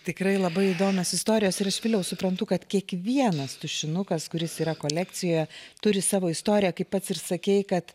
tikrai labai įdomios istorijos ir aš viliau suprantu kad kiekvienas tušinukas kuris yra kolekcijoje turi savo istoriją kaip pats ir sakei kad